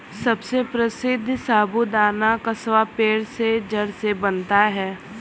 सबसे प्रसिद्ध साबूदाना कसावा पेड़ के जड़ से बनता है